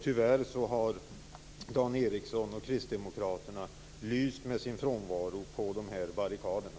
Tyvärr har Dan Ericsson och kristdemokraterna lyst med sin frånvaro på de här barrikaderna.